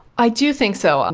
i do think so. and